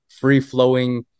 free-flowing